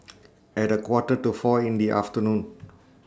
At A Quarter to four in The afternoon